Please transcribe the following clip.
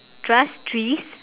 trust trees